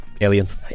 Aliens